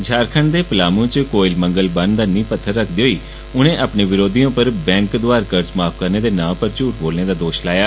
झारखंड दे पालाम च कोयाल मंगल बन्न दा नींह पत्थर रक्खदे होई उने अपने वरोधिए उप्पर बैंक दोआर कर्ज माफ करने दे नां उप्पर झूठ बोलने दा दोष लाया